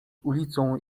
ulicą